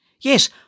Yes